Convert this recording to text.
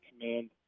command